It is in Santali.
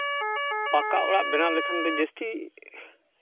ᱯᱟᱠᱟ ᱚᱲᱟᱜ ᱵᱮᱱᱟᱣ ᱞᱮᱠᱷᱟᱱ ᱫᱚ ᱡᱟᱹᱥᱛᱤ